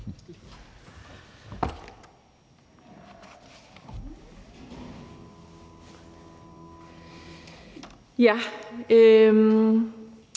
Ja,